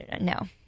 no